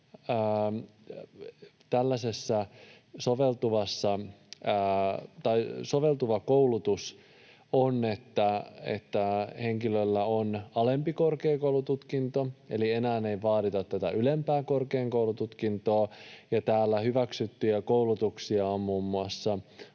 jatkossa soveltuva koulutus on, että henkilöllä on alempi korkeakoulututkinto. Eli enää ei vaadita ylempää korkeakoulututkintoa, ja hyväksyttyjä koulutuksia ovat muun muassa